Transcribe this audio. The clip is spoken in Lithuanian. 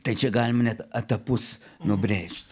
tai čia galim net etapus nubrėžt